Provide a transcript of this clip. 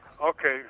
Okay